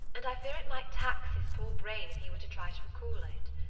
and i fear it might tax his poor brain if he were to try to recall it.